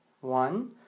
one